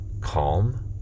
calm